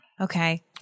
Okay